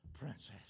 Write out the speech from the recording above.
princess